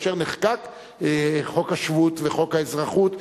כאשר נחקקו חוק השבות וחוק האזרחות,